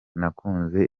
nakunze